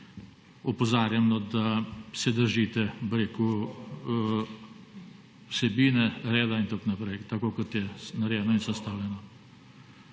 Opozarjam, da se držite vsebine, reda in tako naprej, tako kot je narejeno in sestavljeno.